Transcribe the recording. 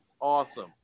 Awesome